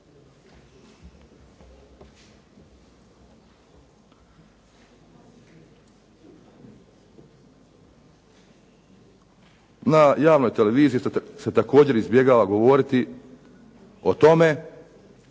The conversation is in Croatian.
Na javnoj televiziji se također izbjegava govoriti o tome,